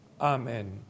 Amen